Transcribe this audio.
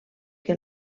que